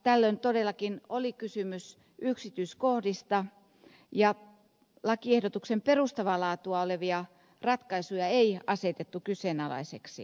tällöin todellakin oli kysymys yksityiskohdista ja lakiehdotuksen perustavaa laatua olevia ratkaisuja ei asetettu kyseenalaisiksi